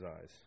eyes